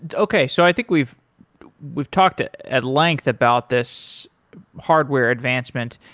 and okay. so i think we've we've talked at at length about this hardware advancement.